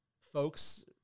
folks